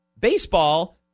Baseball